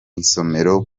isomero